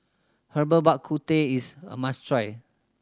Herbal Bak Ku Teh is a must try